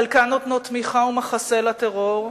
חלקן נותנות תמיכה ומחסה לטרור,